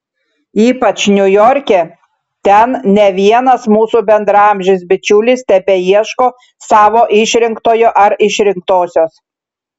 ypač niujorke ten ne vienas mūsų bendraamžis bičiulis tebeieško savo išrinktojo ar išrinktosios